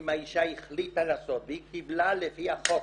אם האישה החליטה לעשות והיא קיבלה לפי החוק